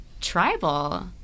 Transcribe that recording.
tribal